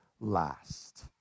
last